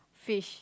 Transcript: fish